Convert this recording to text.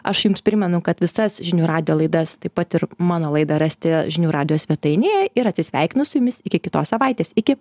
aš jums primenu kad visas žinių radijo laidas taip pat ir mano laidą rasite žinių radijo svetainėje ir atsisveikinu su jumis iki kitos savaitės iki